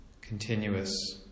continuous